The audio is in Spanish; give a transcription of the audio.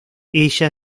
ella